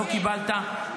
לא קיבלת.